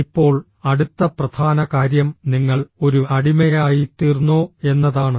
ഇപ്പോൾ അടുത്ത പ്രധാന കാര്യം നിങ്ങൾ ഒരു അടിമയായിത്തീർന്നോ എന്നതാണ്